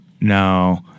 No